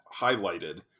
highlighted